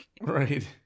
Right